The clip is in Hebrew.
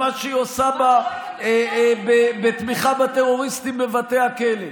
במה שהיא עושה בתמיכה בטרוריסטים בבתי הכלא.